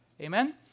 Amen